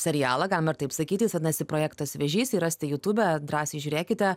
serialą galima ir taip sakyti jis vadinasi projektas vežys jį rasite jutube drąsiai žiūrėkite